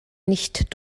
nicht